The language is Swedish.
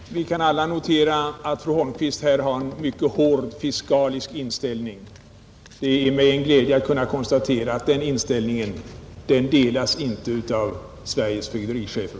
Herr talman! Vi kan alla notera att fru Holmqvist här har en mycket hård fiskalisk inställning. Det är mig en glädje att kunna konstatera att den inställningen inte delas av Sveriges fögderichefer.